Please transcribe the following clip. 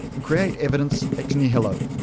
and create evidence ex nihilo.